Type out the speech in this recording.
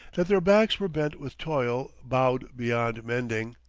that their backs were bent with toil, bowed beyond mending,